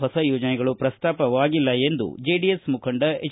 ಹೊಸ ಯೋಜನೆಗಳು ಪ್ರಸ್ತಾಪವಾಗಿಲ್ಲ ಎಂದು ಜೆಡಿಎಸ್ ಮುಖಂಡ ಹೆಚ್